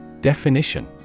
Definition